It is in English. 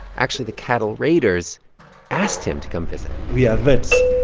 actually, the cattle raiders asked him to come visit we ah vets,